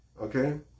Okay